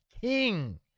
King